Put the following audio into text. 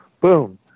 Boom